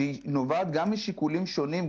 שנובעת משיקולים שונים,